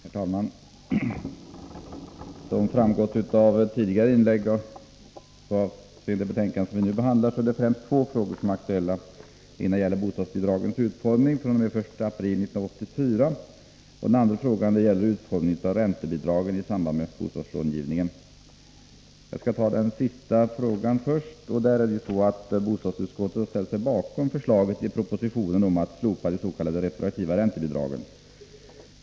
Herr talman! Som framgått av tidigare inlägg avseende det betänkande som vi nu behandlar är det främst två frågor som är aktuella. Den ena frågan gäller bostadsbidragens utformning fr.o.m. den 1 april 1984. Den andra gäller utformningen av räntebidragen i samband med bostadslångivningen. Jag skall först ta upp det sistnämnda. Bostadsutskottet har ställt sig bakom förslaget i propositionen om att slopa de s.k. retroaktiva räntebidragen.